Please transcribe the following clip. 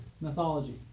mythology